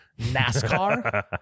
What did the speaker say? NASCAR